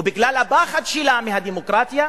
ובגלל הפחד שלה מהדמוקרטיה,